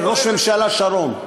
ראש הממשלה שרון.